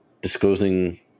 Disclosing